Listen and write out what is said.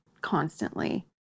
constantly